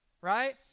right